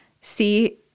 See